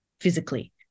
physically